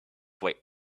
why